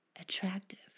attractive